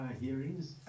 hearings